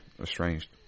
estranged